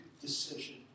decision